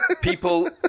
people